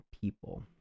people